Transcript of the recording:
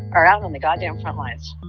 are out on the goddamn front lines.